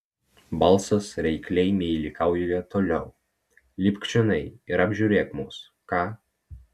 balsas reikliai meilikauja toliau lipk čionai ir apžiūrėk mus ką